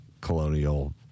colonial